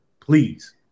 Please